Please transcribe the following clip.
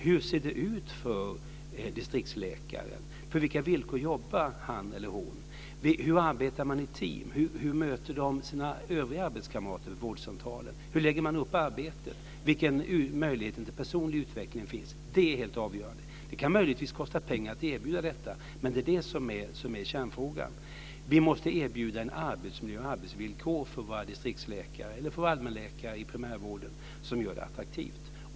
Hur ser det ut för distriktsläkaren? På vilka villkor jobbar han eller hon? Hur arbetar man i team? Hur möter de sina övriga arbetskamrater på vårdcentralen? Hur lägger man upp arbetet? Vilka möjligheter till personlig utveckling finns? Det är helt avgörande. Det kan möjligtvis kosta pengar att erbjuda detta, men det är detta som är kärnfrågan. Vi måste erbjuda en arbetsmiljö och arbetsvillkor för våra distriktsläkare eller för allmänläkare i primärvården som gör det attraktivt.